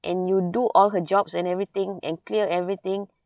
and you do all her jobs and everything and clear everything